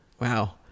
Wow